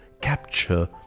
capture